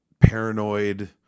paranoid